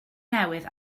newydd